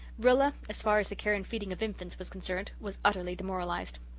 rilla, as far as the care and feeding of infants was concerned, was utterly demoralized.